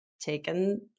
taken